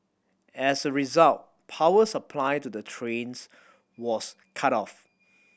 as a result power supply to the trains was cut off